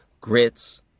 grits